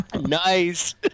Nice